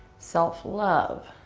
self love.